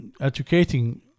educating